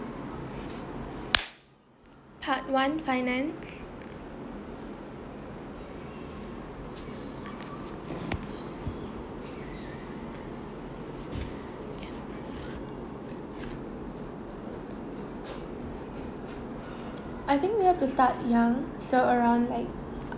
part one finance I think we have to start young so around like